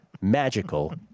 magical